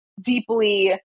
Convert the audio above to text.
deeply